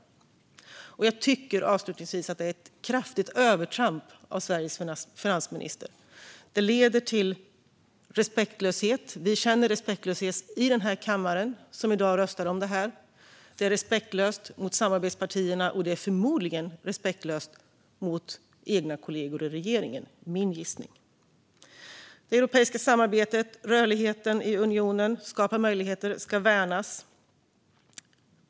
Avslutningsvis tycker jag att det är fråga om ett kraftigt övertramp av Sveriges finansminister. Det leder till respektlöshet. Vi känner respektlöshet i kammaren, som i dag röstar om förslaget. Det är respektlöst mot samarbetspartierna, och det är förmodligen respektlöst mot egna kollegor i regeringen. Det är min gissning. Det europeiska samarbetet och rörligheten i unionen skapar möjligheter och ska värnas.